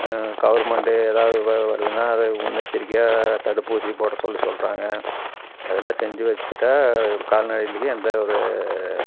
government எதாவது வ வருதுன்னா அதை முன்னெச்சரிக்கையாக தடுப்பூசி போட சொல்லி சொல்கிறாங்க அதெலாம் செஞ்சு வச்சிட்டா கால்நடைகளுக்கு எந்த ஒரு